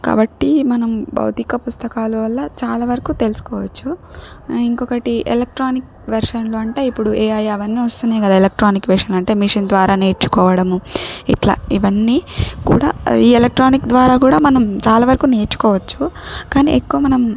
కాబట్టి మనం భౌతిక పుస్తకాలు వల్ల చాలా వరకు తెలుసుకోవచ్చు ఇంకొకటి ఎలక్ట్రానిక్ వెర్షన్లు అంటే ఇప్పుడు ఏఐ అవన్నీ వస్తున్నాయి కదా ఎలక్ట్రానిక్ వర్షన్ అంటే మిషన్ ద్వారా నేర్చుకోవడము ఇట్లా ఇవన్నీ కూడా ఈ ఎలక్ట్రానిక్ ద్వారా కూడా మనం చాలా వరకు నేర్చుకోవచ్చు కానీ ఎక్కువ మనం